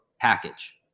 package